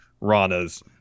ranas